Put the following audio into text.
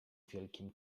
wielkim